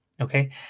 okay